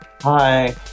Hi